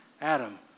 Adam